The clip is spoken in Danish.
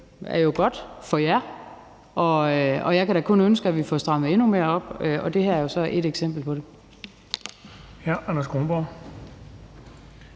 er jo godt for jer. Jeg kan da kun ønske, at vi får strammet endnu mere op, og det her er jo så ét eksempel på det. Kl. 12:17 Den fg.